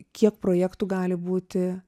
kiek projektų gali būti